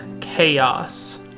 chaos